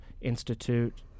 institute